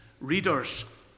readers